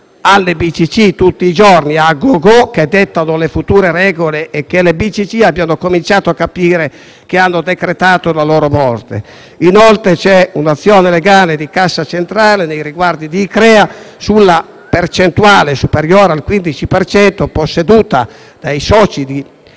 alle BCC tutti i giorni, *à gogo*, che dettano le future regole, e che le BCC abbiano cominciato a capire che hanno decretato la loro morte. Inoltre, c'è un'azione legale di Cassa Centrale Banca nei riguardi di ICCREA, sulla percentuale superiore al 15 per cento posseduta dai soci di